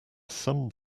some